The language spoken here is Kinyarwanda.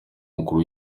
umukuru